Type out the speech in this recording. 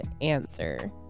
answer